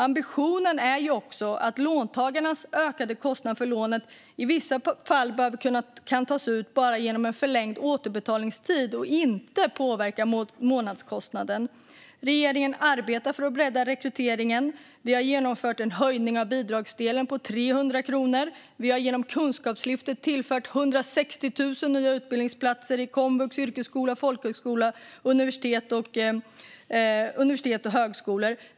Ambitionen är ju också att låntagarnas ökade kostnad för lånet i vissa fall kan tas ut bara genom en förlängd återbetalningstid och inte påverka månadskostnaden. Regeringen arbetar för att bredda rekryteringen. Vi har genomfört en höjning av bidragsdelen med 300 kronor. Vi har genom Kunskapslyftet tillfört 160 000 nya utbildningsplatser i Komvux, yrkeshögskola, folkhögskola, universitet och högskolor.